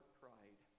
pride